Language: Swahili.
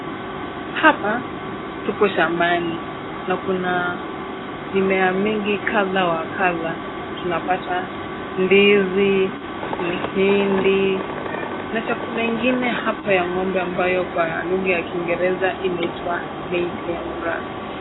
Hapa tuko shambani na kuna mimea mingi kadha wa kadha, tunapata ndizi , mihindi na chakula ingine hapa ya ng'ombe ambayo kwa lugha ya kiingereza tunaiita napier grass .